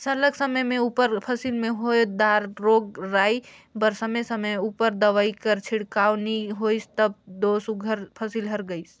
सरलग समे समे उपर फसिल में होए दार रोग राई बर समे समे उपर दवई कर छिड़काव नी होइस तब दो सुग्घर फसिल हर गइस